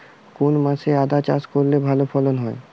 কোন মাসে আদা চাষ করলে ভালো ফলন হয়?